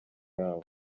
yabo